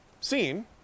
seen